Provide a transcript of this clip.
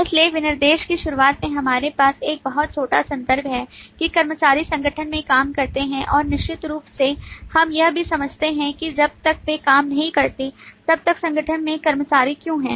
इसलिए विनिर्देश की शुरुआत में हमारे पास एक बहुत छोटा संदर्भ है कि कर्मचारी संगठन में काम करते हैं और निश्चित रूप से हम यह भी समझते हैं कि जब तक वे काम नहीं करते तब तक संगठन में कर्मचारी क्यों हैं